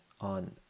on